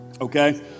okay